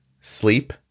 sleep